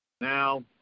Now